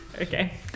Okay